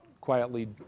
quietly